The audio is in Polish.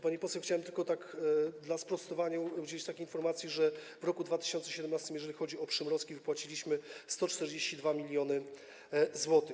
Pani poseł, chciałbym tylko tak w ramach sprostowania udzielić takiej informacji, że w roku 2017, jeżeli chodzi o przymrozki, wypłaciliśmy 142 mln zł.